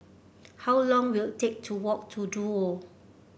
how long will take to walk to Duo